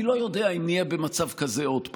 אני לא יודע אם נהיה במצב כזה עוד פעם,